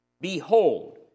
Behold